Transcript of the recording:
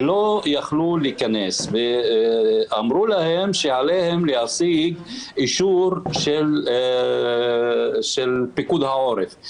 שלא יכלו להיכנס ואמרו להם שעליהם להשיג אישור של פיקוד העורף.